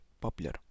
popular